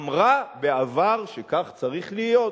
אמרה בעבר שכך צריך להיות.